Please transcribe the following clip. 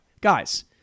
Guys